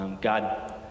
God